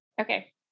Okay